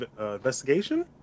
Investigation